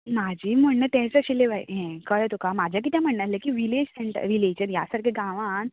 म्हाजे म्हण्णे तेंच आशिल्ले बाई हे कळ्ळें तुका म्हाजे कितें म्हण्णे आसलें कि विलेज सेंटर विलेजान ह्या सारक्यां गावांन